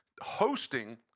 hosting